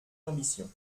ambition